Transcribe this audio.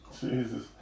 Jesus